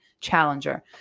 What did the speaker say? challenger